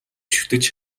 шүтэж